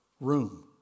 room